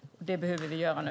Det behöver vi göra nu.